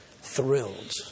thrilled